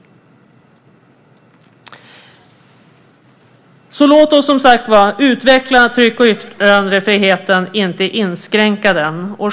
Låt oss som sagt utveckla tryck och yttrandefriheten, inte inskränka den.